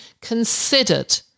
considered